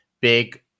big